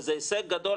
וזה הישג גדול,